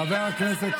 בחבריי מש"ס,